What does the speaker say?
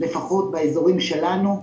לפחות באזורים שלנו,